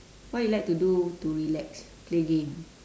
why you like to do to relax play game